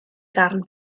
darn